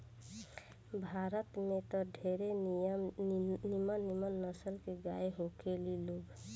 भारत में त ढेरे निमन निमन नसल के गाय होखे ली लोग